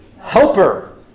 helper